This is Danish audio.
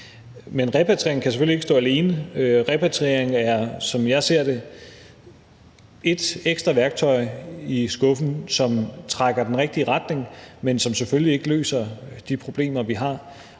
Men repatrieringen kan selvfølgelig ikke stå alene. Repatriering er, som jeg ser det, et ekstra værktøj i skuffen, som trækker i den rigtige retning, men som selvfølgelig ikke løser de problemer, vi har.